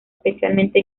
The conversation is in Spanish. especialmente